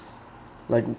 like